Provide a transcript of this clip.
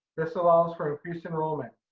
this allows for increased enrollment.